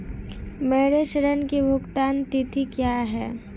मेरे ऋण की भुगतान तिथि क्या है?